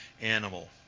animal